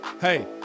hey